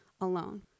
alone